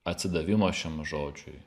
atsidavimo šiam žodžiui